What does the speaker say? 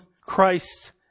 Christ